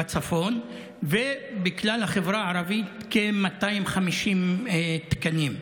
ובכלל החברה הערבית, כ-250 תקנים.